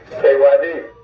KYD